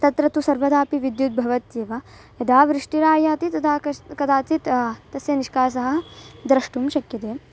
तत्र तु सर्वदापि विद्युत् भवत्येव यदा वृष्टिरायाति तदा कदा कदाचित् तस्य निष्कासः द्रष्टुं शक्यते